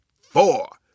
four